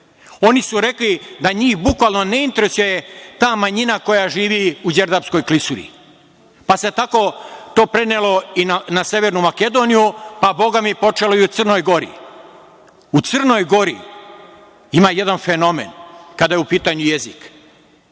oni su rekli da njih bukvalno ne interesuje ta manjina koja živi u Đerdapskoj klisuri, pa se tako to prenelo i na Severnu Makedoniju, pa bogami počelo i u Crnoj Gori.U Crnoj Gori ima jedan fenomen kada je u pitanju jezik.